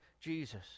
Jesus